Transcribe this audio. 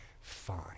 fine